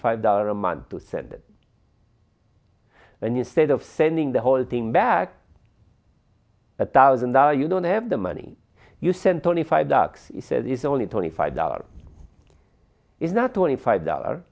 five dollars a month to send it and instead of sending the whole thing back a thousand dollar you don't have the money you sent twenty five bucks says is only twenty five dollars is not twenty five dollar